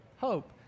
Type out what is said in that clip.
hope